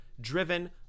driven